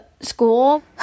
school